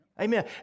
Amen